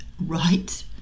right